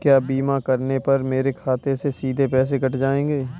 क्या बीमा करने पर मेरे खाते से सीधे पैसे कट जाएंगे?